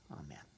Amen